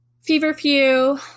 feverfew